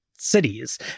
cities